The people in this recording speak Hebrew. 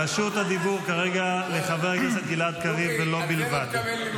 רשות הדיבור כרגע לחבר הכנסת גלעד קריב ולו בלבד,